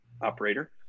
operator